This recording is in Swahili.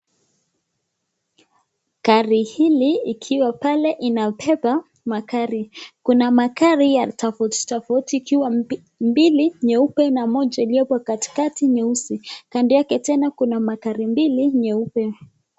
Gari hili, likiwa pale, inabeba magari. Kuna magari ya tofauti tofauti, ikiwa mbili nyeupe na moja iliyoko katikati nyeusi. Kando yake tena, kuna magari mbili nyeupe.